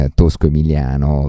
tosco-emiliano